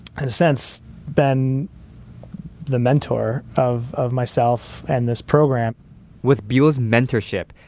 and a sense been the mentor of of myself and this program with buell's mentorship,